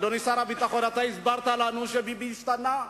אדוני שר הביטחון, הסברת לנו שביבי השתנה,